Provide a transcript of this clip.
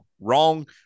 Wrong